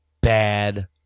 bad